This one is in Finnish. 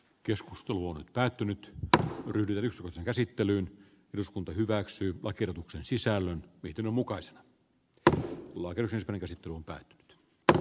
keskustelu on päätynyt tahko ryder käsittelyyn eduskunta hyväksyy bakirovuksen sisällön piti mukaisena että loikan rasittuun tai tyttö